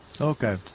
Okay